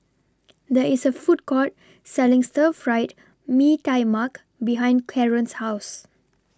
There IS A Food Court Selling Stir Fried Mee Tai Mak behind Karon's House